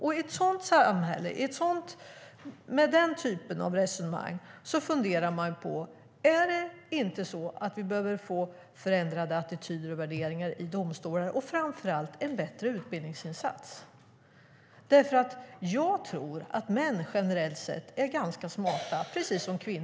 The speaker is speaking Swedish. I ett samhälle med den typen av resonemang funderar jag på om vi inte behöver få förändrade attityder och värderingar i domstolar och framför allt en bättre utbildningsinsats. Jag tror nämligen att män generellt sett är ganska smarta, precis som kvinnor.